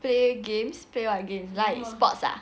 play games play what games like sports ah